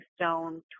stone